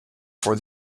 for